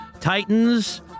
Titans